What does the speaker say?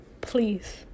Please